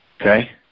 Okay